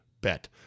bet